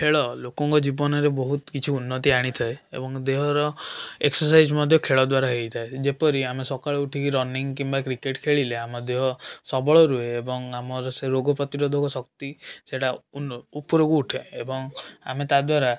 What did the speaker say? ଖେଳ ଲୋକଙ୍କ ଜୀବନରେ ବହୁତ କିଛି ଉନ୍ନତି ଆଣିଥାଏ ଏବଂ ଦେହର ଏକ୍ସସାଇଜ୍ ମଧ୍ୟ ଖେଳ ଦ୍ଵାରା ହେଇଥାଏ ଯେପରି ଆମେ ସକାଳୁ ଉଠିକି ରନିଙ୍ଗ କିମ୍ବା କ୍ରିକେଟ୍ ଖେଳିଲେ ଆମ ଦେହ ସବଳ ରୁହେ ଏବଂ ଆମର ସେ ରୋଗ ପ୍ରତିରୋଧକ ଶକ୍ତି ସେଇଟା ଉପରୁକୁ ଉଠେ ଏବଂ ଆମେ ତା'ଦ୍ଵାରା